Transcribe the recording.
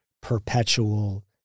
perpetual